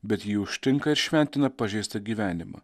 bet jį užtinka ir šventina pažeistą gyvenimą